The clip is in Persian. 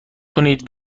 کنید